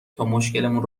تامشکلمون